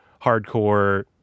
hardcore